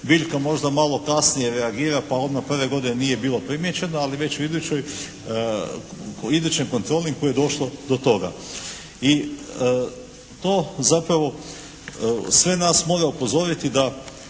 Biljka možda malo kasnije reagira pa onda prve godine nije bilo primijećeno, ali već u idućoj, u idućoj kontroli je došlo do toga. I to zapravo sve nas mora upozoriti da